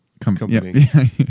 company